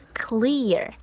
clear